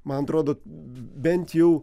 man atrodo bent jau